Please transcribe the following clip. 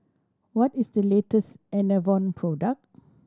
what is the latest Enervon product